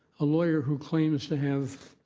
a lawyer who claims to have